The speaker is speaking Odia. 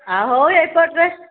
ଆଉ ହଉ ଏଇ ପଟରେ